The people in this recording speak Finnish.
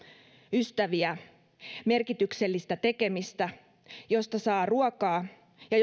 ystäviä merkityksellistä tekemistä ja josta saa ruokaa ja